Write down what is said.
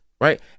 right